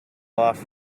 off